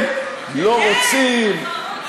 הם לא רוצים,